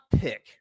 pick